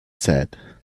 said